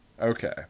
Okay